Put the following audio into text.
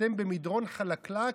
אתם במדרון חלקלק,